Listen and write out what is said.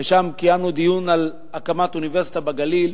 שם קיימנו דיון על הקמת אוניברסיטה בגליל,